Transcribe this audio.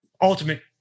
ultimate